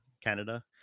Canada